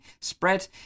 spread